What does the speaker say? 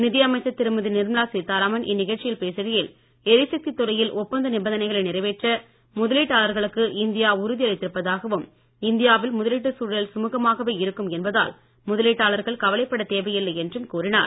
நிதியமைச்சர் திருமதி நிர்மலா சீத்தாராமன் இந்நிகழ்ச்சியில் பேசுகையில் எரிசக்தி துறையில் ஒப்பந்த நிபந்தனைகளை நிறைவேற்ற முதலீட்டாளர்களுக்கு இந்தியா உறுதி அளித்திருப்பதாகவும் இந்தியாவில் முதலீட்டுச் சூழல் சுமுகமாகவே இருக்கும் என்பதால் முதலீட்டாளர்கள் கவலைப்படத் தேவையில்லை என்றும் கூறினார்